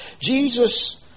Jesus